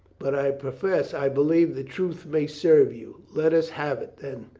but i profess i believe the truth may serve you. let us have it, then.